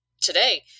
today